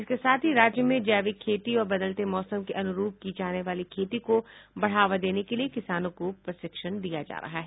इसके साथ ही राज्य में जैविक खेती और बदलते मौसम के अनुरूप की जाने वाली खेती को बढ़ावा देने के लिए किसानों को प्रशिक्षण दिया जा रहा है